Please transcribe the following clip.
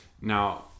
Now